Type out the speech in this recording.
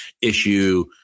issue